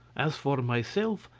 as for and myself,